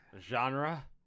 Genre